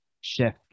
chef